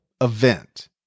event